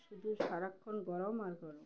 শুধু সারাক্ষণ গরম আর গরম